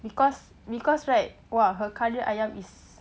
because because right !wah! her kari ayam is